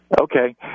Okay